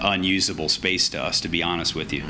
unusable space to us to be honest with you